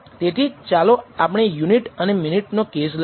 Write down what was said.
તેથી ચાલો આપણે યુનિટ અને મિનિટ નો કેસ લઈએ